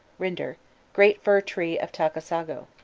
rinder great fir-tree of takasago.